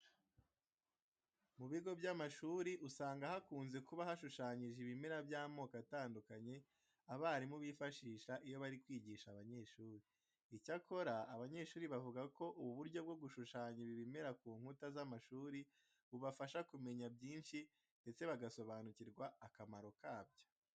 Mu bigo by'amashuri usanga hakunze kuba hashushanyije ibimera by'amoko atandukanye abarimu bifashisha iyo bari kwigisha abanyeshuri. Icyakora abanyeshuri bavuga ko ubu buryo bwo gushushanya ibi bimera ku nkuta z'amashuri bubafasha kumenya byinshi ndetse bagasobanukirwa akamaro kabyo.